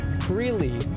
freely